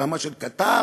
ברמה של כתב?